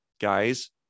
guys